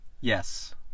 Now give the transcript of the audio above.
Yes